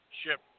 ship